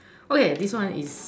okay this one is